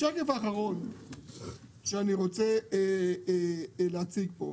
בשקף האחרון שאני רוצה להציג פה,